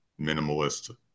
minimalist